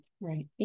right